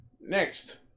Next